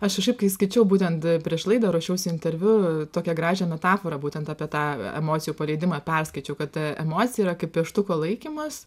aš kažkaip kai skaičiau būtent prieš laidą ruošiausi interviu tokią gražią metaforą būtent apie tą emocijų paleidimą perskaičiau kad ta emocija yra kaip pieštuko laikymas